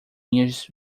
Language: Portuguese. minhas